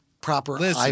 proper